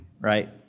right